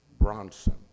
Bronson